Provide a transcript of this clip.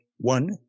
one